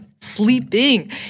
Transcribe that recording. sleeping